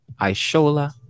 Aishola